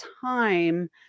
time